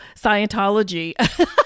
Scientology